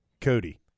cody